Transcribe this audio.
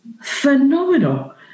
phenomenal